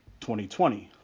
2020